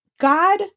God